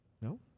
No